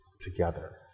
together